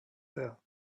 her